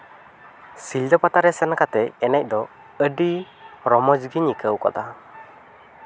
ᱥᱤᱞᱫᱟᱹ ᱯᱟᱛᱟᱨᱮ ᱥᱮᱱ ᱠᱟᱛᱮ ᱮᱱᱮᱡ ᱫᱚ ᱟᱹᱰᱤ ᱨᱚᱢᱚᱡᱽ ᱜᱤᱧ ᱟᱹᱭᱠᱟᱹᱣ ᱠᱟᱫᱟ